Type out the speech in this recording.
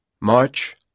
March